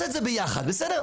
אז נעשה את זה ביחד, בסדר?